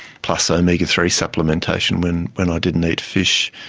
plus omega three supplementation when when i didn't eat fish.